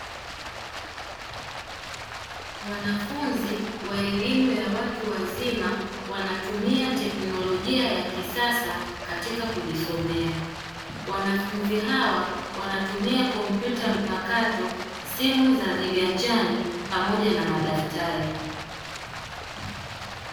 Wanafunzi wa elimu ya watu wazima, wanatumia teknolojia ya kisasa katika kujisomea. Wanafunzi hao wanatumia kompyuta mpakato, simu za viganjani pamoja na madaftari.